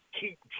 keep